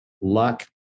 Luck